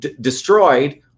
destroyed